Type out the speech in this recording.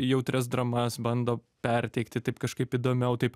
jautrias dramas bando perteikti taip kažkaip įdomiau taip